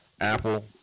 Apple